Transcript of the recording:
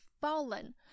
fallen